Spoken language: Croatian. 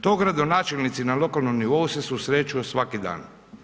To gradonačelnici na lokalnoj nivou se susreću svaki dan.